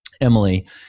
Emily